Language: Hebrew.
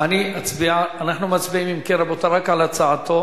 אם כן, רבותי, אנחנו מצביעים רק על הצעתו